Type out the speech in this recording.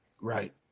Right